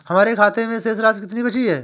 हमारे खाते में शेष राशि कितनी बची है?